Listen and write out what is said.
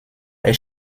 est